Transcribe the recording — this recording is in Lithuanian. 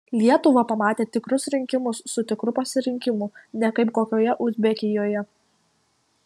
lietuva pamatė tikrus rinkimus su tikru pasirinkimu ne kaip kokioje uzbekijoje